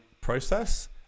process